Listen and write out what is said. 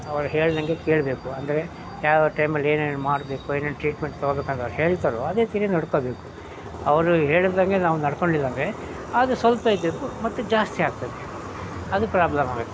ಅವ್ರು ಹೇಳ್ದಂತೆ ಕೇಳಬೇಕು ಅಂದರೆ ಯಾವ ಟೈಮಲ್ಲಿ ಏನೇನು ಮಾಡಬೇಕು ಏನೇನು ಟ್ರೀಟ್ಮೆಂಟ್ ತಗೊಳ್ಬೇಕಂತ ಅವ್ರು ಹೇಳ್ತಾರೋ ಅದೇ ರೀತಿಯೇ ನಡ್ಕೊಳ್ಬೇಕು ಅವರು ಹೇಳಿದಂತೆ ನಾವು ನಡ್ಕೊಳ್ಳಿಲ್ಲ ಅಂದರೆ ಅದು ಸ್ವಲ್ಪ ಇದ್ದಿದ್ದು ಮತ್ತು ಜಾಸ್ತಿ ಆಗ್ತದೆ ಅದು ಪ್ರಾಬ್ಲಮ್ ಆಗುತ್ತೆ